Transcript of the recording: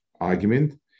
argument